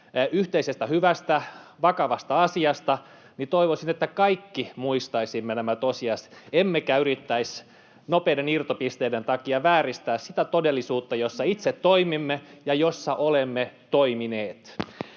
yhteisestä hyvästä, vakavasta asiasta, niin toivoisin, että kaikki muistaisimme nämä tosiasiat emmekä yrittäisi nopeiden irtopisteiden takia vääristää sitä todellisuutta, jossa itse toimimme ja jossa olemme toimineet.